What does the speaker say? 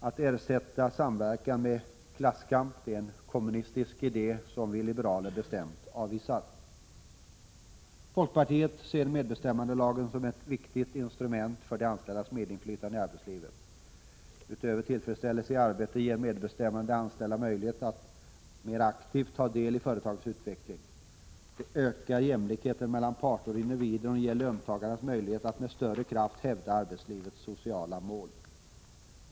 Att ersätta samverkan med klasskamp är en kommunistisk idé som vi liberaler bestämt avvisar. Folkpartiet ser medbestämmandelagen som ett viktigt instrument för de anställdas medinflytande i arbetslivet. Utöver tillfredsställelse i arbetet ger medbestämmandet de anställda möjlighet att mer aktivt ta del i företagens utveckling. Det ökar jämlikheten mellan parter och individer och ger löntagarna möjlighet att med större kraft hävda arbetslivets sociala mål.